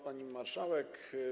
Pani Marszałek!